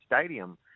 stadium